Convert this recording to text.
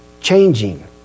changing